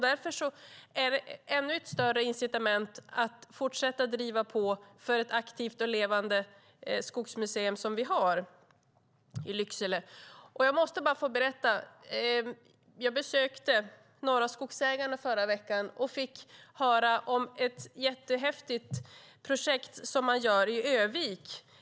Därför är det ett ännu större incitament att fortsätta att driva på för ett aktivt och levande skogsmuseum som det vi har i Lycksele. Jag måste få berätta något. Jag besökte Norra Skogsägarna förra veckan. Jag fick höra om ett jättehäftigt projekt som man gör i Örnsköldsvik.